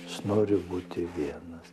aš noriu būti vienas